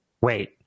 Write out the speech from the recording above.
Wait